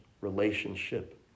relationship